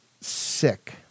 sick